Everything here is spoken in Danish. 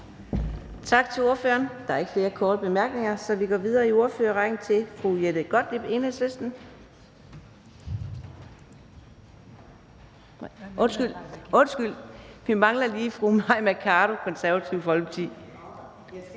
Tak til ordføreren. Der er ikke flere korte bemærkninger, så vi går videre i ordførerrækken til fru Jette Gottlieb, Enhedslisten. Undskyld, vi mangler lige fru Mai Mercado, Det Konservative Folkeparti.